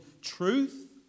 truth